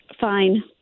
Fine